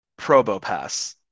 Probopass